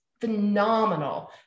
phenomenal